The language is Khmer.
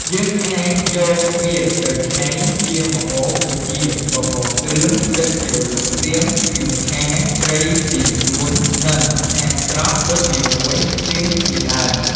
យើងអាចយកវាទៅឆ្នៃជាម្ហូបដូចជា បបរគ្រឿង ទឹកជ្រលក់សៀង សៀងឆា ត្រីចៀនចួន និង ឆាត្រប់ដុតជាមួយសៀងជាដើម។